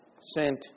sent